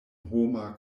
homa